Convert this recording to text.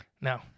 No